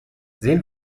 sehen